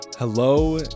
Hello